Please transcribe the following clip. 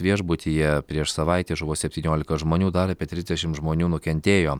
viešbutyje prieš savaitę žuvo septyniolika žmonių dar apie trisdešimt žmonių nukentėjo